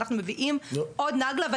אנחנו מביאים עוד נגלה.